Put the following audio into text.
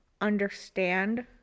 understand